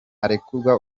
arekura